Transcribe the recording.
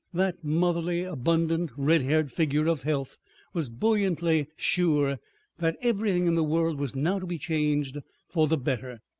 that motherly, abundant, red-haired figure of health was buoyantly sure that everything in the world was now to be changed for the better.